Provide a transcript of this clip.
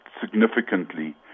significantly